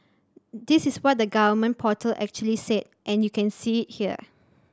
this is what the government portal actually said and you can see here